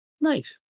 Nice